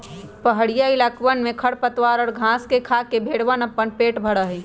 पहड़ीया इलाकवन में खरपतवार और घास के खाके भेंड़वन अपन पेट भरा हई